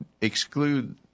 exclude